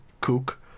cook